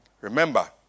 Remember